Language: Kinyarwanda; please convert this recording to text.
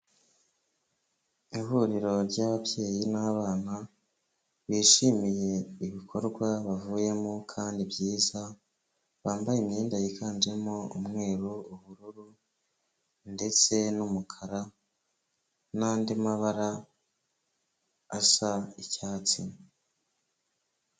Ihuriro ry'ababyeyi n'abana bishimiye ibikorwa bavuyemo kandi byiza bambaye imyenda yiganjemo umweru, ubururu ndetse n'umukara n'andi mabara asa icyatsi.